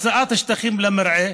הקצאת שטחים למרעה,